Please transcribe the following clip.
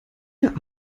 der